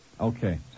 Okay